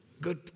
Good